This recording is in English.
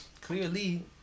Clearly